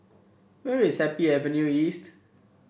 where is Happy Avenue East